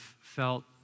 felt